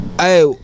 Hey